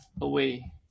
away